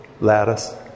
Lattice